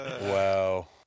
Wow